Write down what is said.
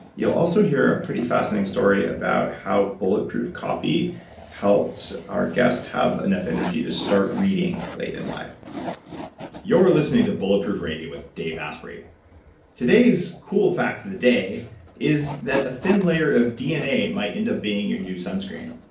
you'll also hear a pretty fascinating story about how bulletproof coffee helped our guest have enough energy to start reading late in life you're listening to bulletproof radio with dave asprey today's cool fact of the day is that a thin layer of dna might end up being your new sunscreen.